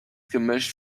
gemisch